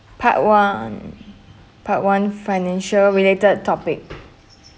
part one part one financial related topic